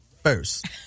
First